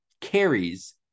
carries